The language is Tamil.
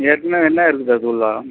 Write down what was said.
ஏற்கனவே என்ன இருக்குது அது உள்ளே